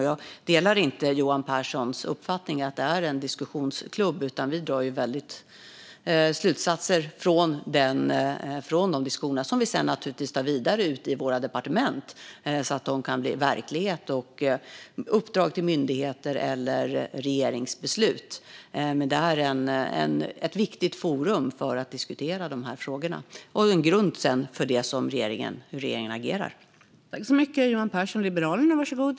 Jag delar inte Johan Pehrsons uppfattning att det är en diskussionsklubb, utan vi drar slutsatser från diskussionerna där som vi sedan naturligtvis tar vidare ute på våra departement så att de kan bli verklighet i form av uppdrag till myndigheter eller regeringsbeslut. Det är ett viktigt forum för att diskutera dessa frågor och ge en grund för regeringens agerande.